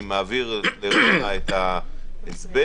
אני מעביר לרונה את ההסבר,